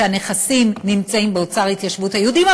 שהנכסים נמצאים באוצר התיישבות היהודים.